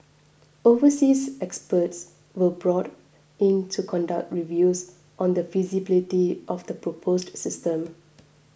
overseas experts were brought in to conduct reviews on the feasibility of the proposed system